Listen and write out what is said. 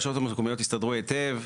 הרשויות המקומיות הסתדרו היטב,